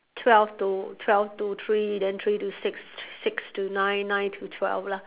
twelve to twelve to three then three to six six to nine nine to twelve lah